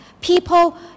people